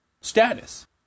status